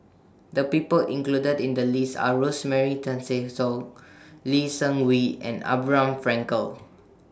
The People included in The list Are Rosemary Tessensohn Lee Seng Wee and Abraham Frankel